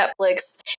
Netflix